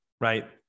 right